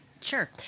Sure